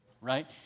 Right